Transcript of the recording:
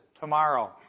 tomorrow